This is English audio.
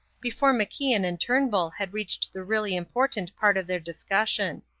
before macian and turnbull had reached the really important part of their discussion.